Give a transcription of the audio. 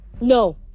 No